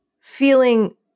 feeling